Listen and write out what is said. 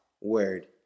word